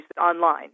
online